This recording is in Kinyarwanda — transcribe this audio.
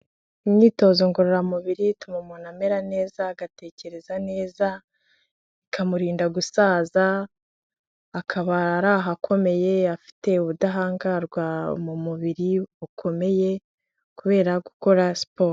Imyitozo ngororamubiri ituma umuntu amera neza, agatekereza neza, ikamurinda gusaza, akaba ari aho akomeye, afite ubudahangarwa mu mubiri bukomeye kubera gukora siporo.